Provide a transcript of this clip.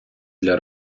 для